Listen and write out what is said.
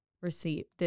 receipt